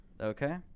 Okay